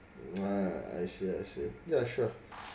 ah I see I see yeah sure